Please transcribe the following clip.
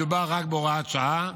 מדובר רק בהוראת שעה,